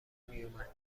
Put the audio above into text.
میومد